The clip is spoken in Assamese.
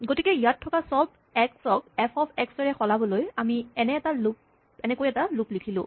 গতিকে ইয়াত থকা চব এক্স ক এফ অফ এক্স এৰে সলাবলৈ আমি এনেকে এটা লুপ লিখিলো